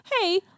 hey